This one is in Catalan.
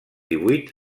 divuit